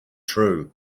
true